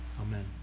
Amen